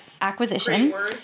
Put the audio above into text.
acquisition